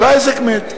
והעסק מת.